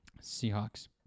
Seahawks